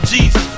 Jesus